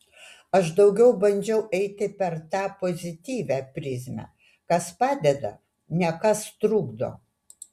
aš daugiau bandžiau eiti per tą pozityvią prizmę kas padeda ne kas trukdo